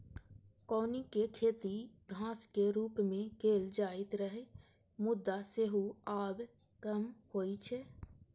कौनी के खेती घासक रूप मे कैल जाइत रहै, मुदा सेहो आब कम होइ छै